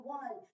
one